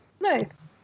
nice